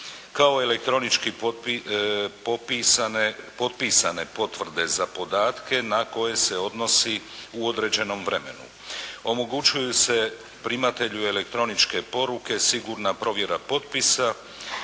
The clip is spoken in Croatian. kao elektronički potpisane potvrde za podatke na koje se odnosi u određenom vremenu. Omogućuju se primatelju elektroničke poruke sigurna provjera potpisa,